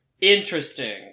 Interesting